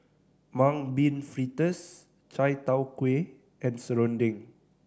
Mung Bean Fritters chai tow kway and serunding